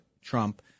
Trump